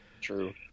True